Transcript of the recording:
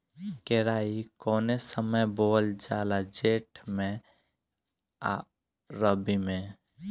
केराई कौने समय बोअल जाला जेठ मैं आ रबी में?